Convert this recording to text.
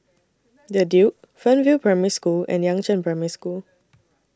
The Duke Fernvale Primary School and Yangzheng Primary School